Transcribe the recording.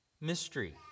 mystery